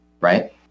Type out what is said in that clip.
Right